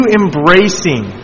embracing